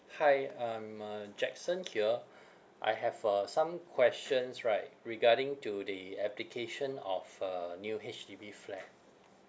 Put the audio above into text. hi I'm uh jackson here I have uh some questions right regarding to the application of a new H_D_B flat